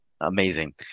Amazing